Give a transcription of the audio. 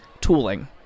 tooling